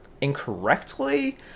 incorrectly